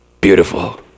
beautiful